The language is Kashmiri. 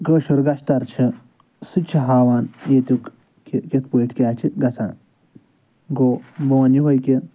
کٲشُر گَشتَر چھِ سُہ تہِ چھِ ہاوان ییٚتیُک کہِ کِتھ پٲٹھۍ کیٛاہ چھِ گژھان گوٚو بہٕ وَنہٕ یِہوٚے کہِ